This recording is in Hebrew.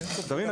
אתה מבין?